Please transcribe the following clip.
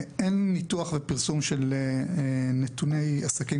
אין ללמ"ס ניתוח ופרסום של נתוני עסקים